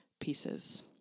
pieces